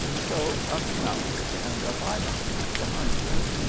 so up he mounted, and up i mounted behind him.